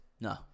No